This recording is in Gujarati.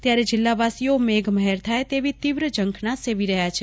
ત્યારે જિલ્લાવાસીઓ મેઘમહેર થાય તેવી ઝંખના સેવી રહ્યા છે